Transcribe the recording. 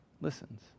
listens